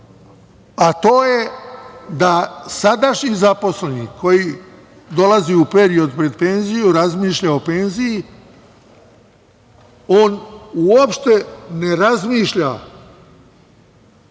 a to je da sadašnji zaposleni koji dolazi u period pred penziju, razmišlja o penziji, on uopšte ne razmišlja